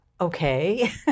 Okay